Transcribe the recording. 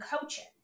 coaching